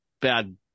bad